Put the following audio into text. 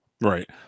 Right